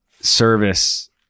service